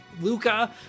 luca